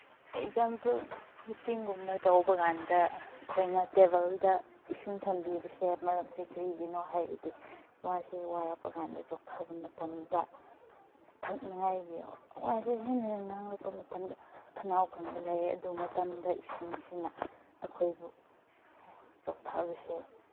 example ꯃꯤꯇꯤꯡꯒꯨꯝꯕ ꯇꯧꯕ ꯀꯥꯟꯗ ꯑꯩꯈꯣꯏꯅ ꯇꯦꯕꯜꯗ ꯏꯁꯤꯡ ꯊꯝꯕꯤꯕꯁꯦ ꯃꯔꯝꯁꯦ ꯀꯔꯤꯒꯤꯅꯣ ꯍꯥꯏꯔꯗꯤ ꯋꯥꯁꯦ ꯋꯥꯔꯛꯄꯀꯥꯟꯗ ꯆꯣꯛꯊꯕ ꯃꯇꯝꯗ ꯊꯛꯅꯉꯥꯏꯒꯤ ꯋꯥꯁꯦ ꯍꯦꯟꯅ ꯍꯦꯟꯅ ꯉꯥꯡꯂꯛꯄ ꯃꯇꯝꯗ ꯈꯅꯥꯎ ꯀꯪꯕ ꯂꯩ ꯑꯗꯨ ꯃꯇꯝꯗ ꯏꯁꯤꯡꯁꯤꯅ ꯑꯩꯈꯣꯏꯕꯨ ꯆꯣꯛꯊꯕꯁꯦ